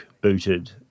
booted